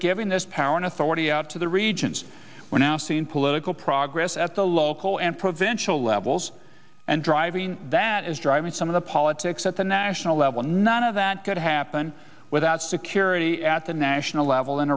giving this power and authority out to the regions we're now seeing political progress at the local and provincial levels and driving that is driving some of the politics at the national level none of that could happen without security at the national level in